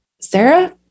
Sarah